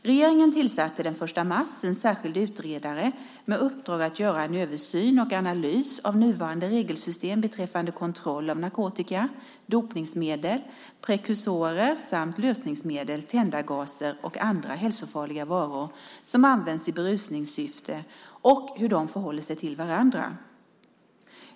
Regeringen tillsatte den 1 mars en särskild utredare med uppdrag att göra en översyn och analys av nuvarande regelsystem beträffande kontroll av narkotika, dopningsmedel, prekursorer samt lösningsmedel, tändargaser och andra hälsofarliga varor som används i berusningssyfte och hur de förhåller sig till varandra.